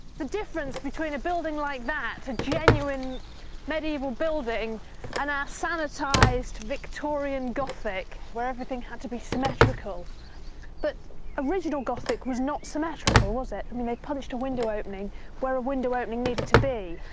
the difference between a building like that a genuine medieval building and our sanitised victorian gothic, where everything had to be symmetrical but original gothic was not symmetrical was it, i mean they punched a window opening where a window opening needed to be,